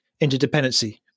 interdependency